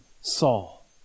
Saul